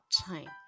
time